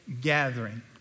gathering